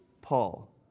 Paul